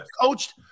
coached